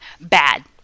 bad